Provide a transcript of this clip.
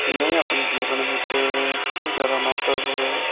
में अपने जीवन बिच सबंतू जैदा मैहत्व